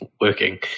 working